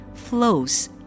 flows